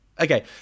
Okay